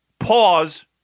Pause